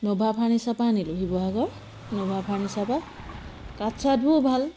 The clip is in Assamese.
নভা ফাৰ্নিচাৰৰপৰা আনিলোঁ শিৱসাগৰ নভা ফাৰ্নিচাৰৰপৰা কাঠ চাঠবোৰো ভাল